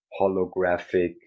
holographic